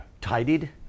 tidied